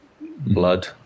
blood